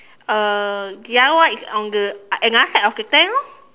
uh the other one is on the another side of the tank lor